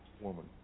woman